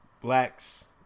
blacks